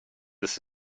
ist